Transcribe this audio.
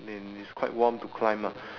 then it's quite warm to climb ah